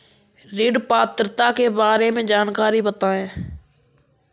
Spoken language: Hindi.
ऋण पात्रता के बारे में जानकारी बताएँ?